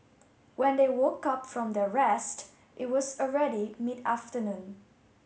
when they woke up from their rest it was already mid afternoon